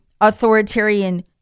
authoritarian